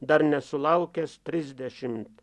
dar nesulaukęs trisdešimt